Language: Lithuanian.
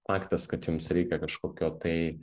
faktas kad jums reikia kažkokio tai